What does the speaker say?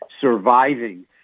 surviving